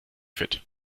fit